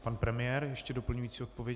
Pan premiér ještě doplňující odpověď.